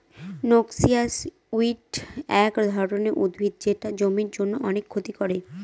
noxious weed এক ধরনের উদ্ভিদ যেটা জমির জন্য অনেক ক্ষতি করে